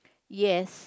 yes